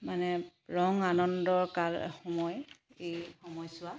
মানে ৰং আনন্দৰ কাল সময় এই সময়ছোৱা